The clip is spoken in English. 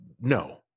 No